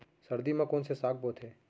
सर्दी मा कोन से साग बोथे?